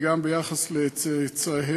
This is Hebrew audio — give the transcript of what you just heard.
גם ביחס לצאצאיהם.